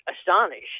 astonished